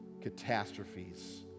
catastrophes